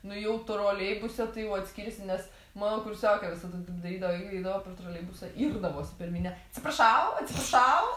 nu jau troleibuse tai jau atskirsi nes mano kursiokė visada taip darydavo jeigu eidavo pro troleibusą irdavosi per minią atsiprašau atsiprašau